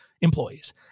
employees